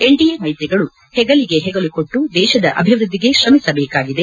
NDA ಮೈತ್ರಿಗಳು ಹೆಗಲಿಗೆ ಹೆಗಲು ಕೊಟ್ಟು ದೇಶದ ಅಭಿವೃದ್ದಿಗೆ ಶ್ರಮಿಸಬೇಕಾಗಿದೆ